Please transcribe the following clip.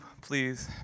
please